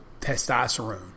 testosterone